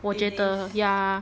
我觉得 ya